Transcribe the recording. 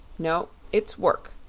no, it's work,